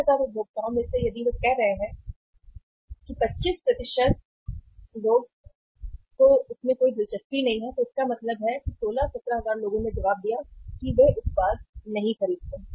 71000 उपभोक्ताओं में से यदि वे कह रहे हैं कि 71000 लोगों में से 25 अगर वे कह रहे हैं कि उन्हें इसमें कोई दिलचस्पी नहीं है तो इसका मतलब है कि 16 17000 लोगों ने जवाब दिया है कि वे उत्पाद नहीं खरीदते हैं